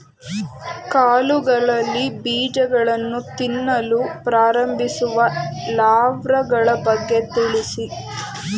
ಕಾಳುಗಳಲ್ಲಿ ಬೀಜಗಳನ್ನು ತಿನ್ನಲು ಪ್ರಾರಂಭಿಸುವ ಲಾರ್ವಗಳ ಬಗ್ಗೆ ತಿಳಿಸಿ?